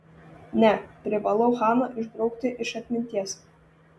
ne privalau haną išbraukti iš atminties